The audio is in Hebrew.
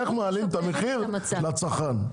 איך מעלים את המחיר לצרכן.